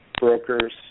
brokers